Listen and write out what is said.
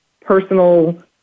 personal